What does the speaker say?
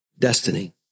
destiny